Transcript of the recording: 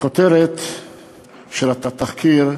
הכותרת של התחקיר,